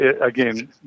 Again